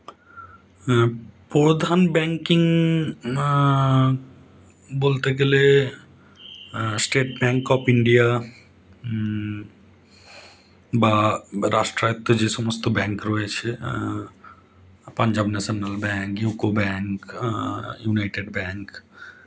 হ্যাঁ প্রধান ব্যাংকিং বলতে গেলে স্টেট ব্যাংক অফ ইন্ডিয়া বা রাষ্ট্রায়ত্ত যে সমস্ত ব্যাংক রয়েছে Punjab national bank UCO bank United bank